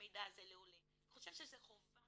שהמידע הזה יינתן לעולה אני חושבת שזה חובה,